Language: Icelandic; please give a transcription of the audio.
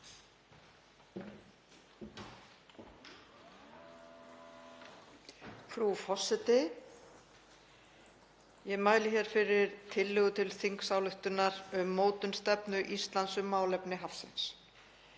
Frú forseti. Ég mæli hér fyrir tillögu til þingsályktunar um mótun stefnu Íslands um málefni hafsins.